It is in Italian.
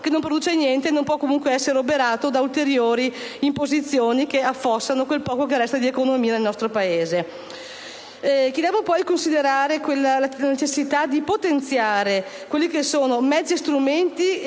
che non produce niente e che comunque non può essere oberato da ulteriori imposizioni che affossano quel poco che resta di economia nel nostro Paese. Chiediamo poi di considerare la necessità di potenziare i mezzi e gli strumenti